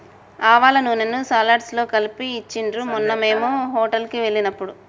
ఆవాల నూనెను సలాడ్స్ లో కలిపి ఇచ్చిండ్రు మొన్న మేము హోటల్ కి వెళ్ళినప్పుడు